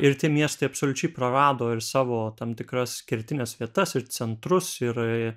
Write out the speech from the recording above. ir tie miestai absoliučiai prarado ir savo tam tikras išskirtines vietas ir centrus ir